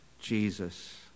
Jesus